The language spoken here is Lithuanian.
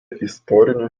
istorinio